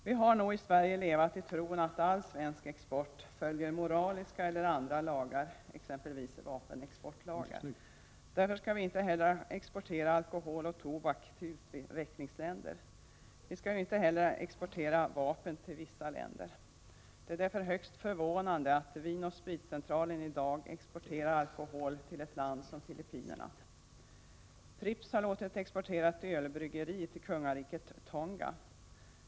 Vi i Sverige lever nog i tron att all svensk export följer moraliska eller andra lagar, t.ex. vapenexportlagar. Om vi skall fortsätta att leva i den tron, skall vi inte heller exportera alkohol och tobak till utvecklingsländer. Vi skall 59 inte heller exportera vapen till vissa länder. Det är därför högst förvånande att Vin & Spritcentralen i dag exporterar alkohol till ett land som Filippinerna. Pripps har låtit exportera ett ölbryggeri till kungariket Tonga.